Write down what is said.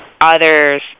others